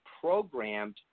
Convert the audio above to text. programmed